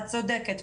את צודקת.